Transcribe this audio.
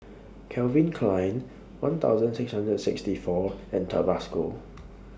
Calvin Klein one thousand six hundred and sixty four and Tabasco